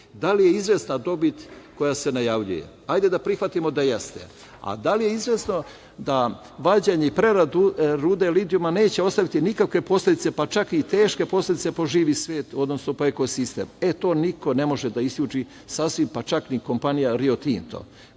Da li je izvesna dobit koja se najavljuje? Da prihvatimo da jeste, da li je izvesno da vađenje i prerada rude litijuma neće ostaviti nikakve posledice, pa čak i teške posledice po živi svet, odnosno po ekosistem? To niko ne može da isključi sasvim, pa čak ni kompanija Rio Tinto